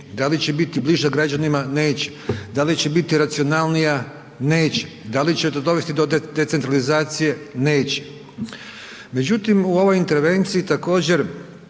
Da li će biti bliža građanima? Neće. Da li će biti racionalnija? Neće. Da li će dovesti do decentralizacije? Neće. Međutim, u ovoj intervenciji također